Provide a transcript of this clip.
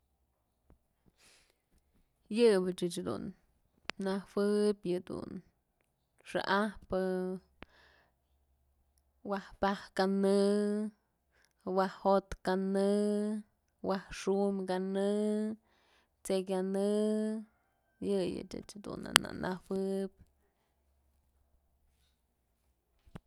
Yëbë ëch dun nëjuëb yëdun xa'ajpë waj pak kanë, waj jo'ot kanë, waj xu'um kanë, t'sey kanyë yëyëch ëch jadun na nëjuëb.